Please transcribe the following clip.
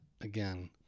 again